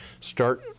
start